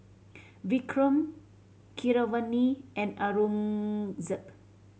Vikram Keeravani and Aurangzeb